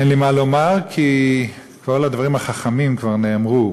אין לי מה לומר, כי כל הדברים החכמים כבר נאמרו.